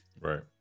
Right